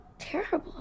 terrible